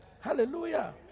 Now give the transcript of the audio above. Hallelujah